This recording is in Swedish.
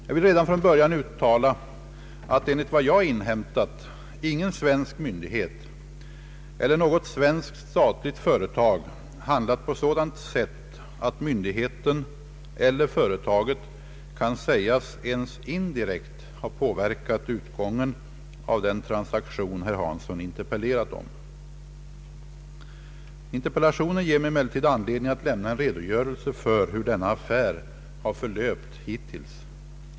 Jag vill redan från början uttala, att — enligt vad jag inhämtat — ingen svensk myndighet eller något svenskt statligt företag handlat på sådant sätt att myndigheten eller företaget kan sägas ens indirekt ha påverkat utgången av den transaktion herr Hansson interpellerat om. Interpellationen ger mig emellertid anledning att lämna en redogörelse för hur denna affär har förlöpt hittills.